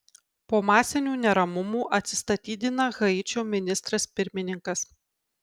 po masinių neramumų atsistatydina haičio ministras pirmininkas